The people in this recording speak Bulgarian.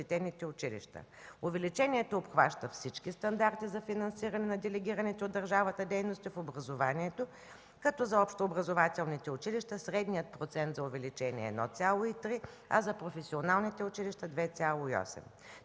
на защитените училища. Увеличението обхваща всички стандарти за финансиране на делегираните от държавата дейности в образованието, като за общообразователните училища средният процент за увеличение е 1,3, а за професионалните училища – 2,8.